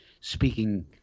speaking